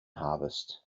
harvest